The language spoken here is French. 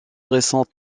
récentes